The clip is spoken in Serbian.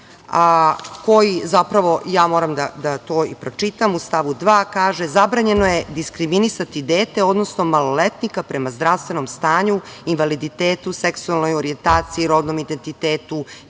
diskriminaciji. Ja moram to da pročitam, u stavu 2. kaže – zabranjeno je diskriminisati dete, odnosno maloletnika prema zdravstvenom stanju, invaliditetu, seksualnoj orijentaciji, rodnom identitetu,